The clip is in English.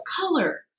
color